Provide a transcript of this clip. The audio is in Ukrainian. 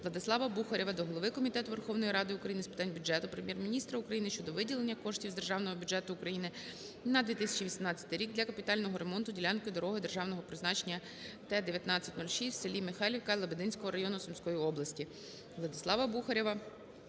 Владислава Бухарєва до голови Комітету Верховної Ради України з питань бюджету, Прем'єр-міністра України щодо виділення коштів з Державного бюджету України на 2018 рік для капітального ремонту ділянки дороги державного значення Т-19-06 в селі Михайлівка Лебединського району Сумської області.